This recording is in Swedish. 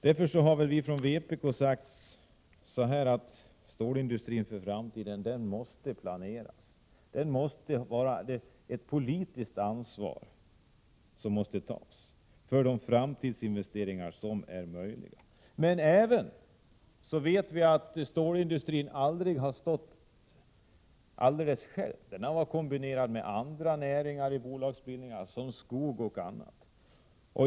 Därför har vi i vpk sagt att stålindustrin måste planeras för framtiden. Det måste tas ett politiskt ansvar för de framtidsinvesteringar som är möjliga. Men stålindustrin har aldrig stått helt ensam, utan den har bolagsmässigt varit kombinerad med andra näringar, som t.ex. skogsnäringen.